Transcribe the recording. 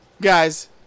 Guys